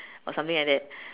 or something like that